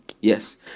Yes